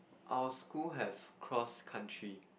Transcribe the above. our school have cross country